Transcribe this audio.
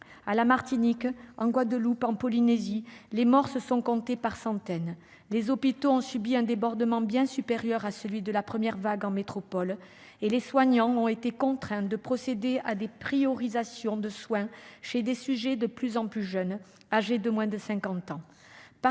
À la Martinique, en Guadeloupe, en Polynésie, les morts se sont comptés par centaines. Les hôpitaux ont subi un débordement bien supérieur à celui de la première vague en métropole et les soignants ont été contraints de procéder à des priorisations de soins chez des sujets de plus en plus jeunes, âgés de moins de 50 ans.